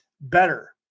better